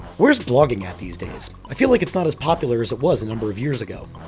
where's blogging at these days? i feel like it's not as popular as it was a number of years ago.